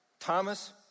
Thomas